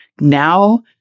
Now